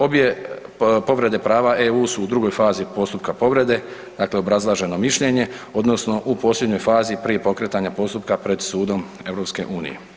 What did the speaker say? Obje povrede prava EU su u drugoj fazi postupka povrede, dakle obrazlaženo mišljenje, odnosno u posljednjoj fazi prije pokretanja postupka pred sudom EU.